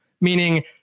meaning